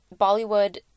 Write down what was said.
Bollywood